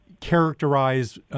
characterize